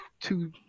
two